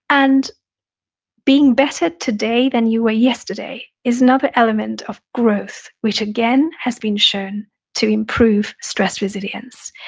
and being better today than you were yesterday is another element of growth, which again, has been shown to improve stress resilience.